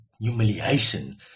humiliation